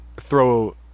throw